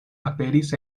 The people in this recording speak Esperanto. aperis